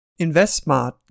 InvestSmart